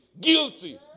guilty